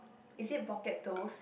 is it pocket dose